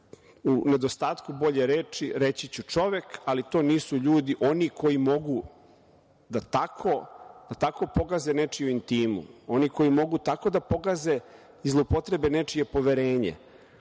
u nedostatku bolje reči, reći ću „čovek“, ali to nisu ljudi, oni koji mogu da tako pogaze nečiju intimu, oni koji mogu tako da pogaze i zloupotrebe nečije poverenje,